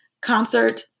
concert